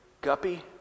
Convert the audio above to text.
Guppy